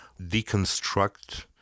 deconstruct